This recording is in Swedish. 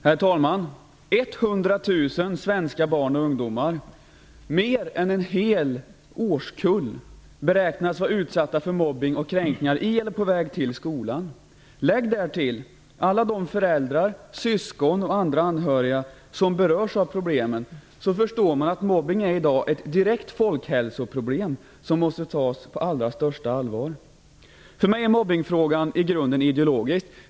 Herr talman! 100 000 svenska barn och ungdomar - mer än en hel årskull - beräknas vara utsatta för mobbning och kränkningar i eller på väg till skolan. Lägg därtill alla de föräldrar, syskon och andra anhöriga som berörs av problemen. Då förstår man att mobbning i dag är ett direkt folkhälsoproblem som måste tas på allra största allvar. För mig är mobbningsfrågan i grunden ideologisk.